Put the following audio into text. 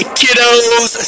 kiddos